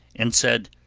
and said,